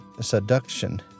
seduction